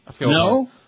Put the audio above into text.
No